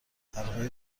پرهای